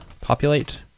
populate